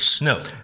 No